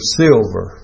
silver